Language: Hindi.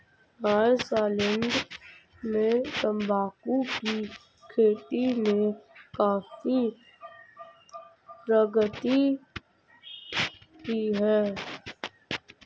न्यासालैंड में तंबाकू की खेती ने काफी प्रगति की है